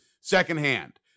secondhand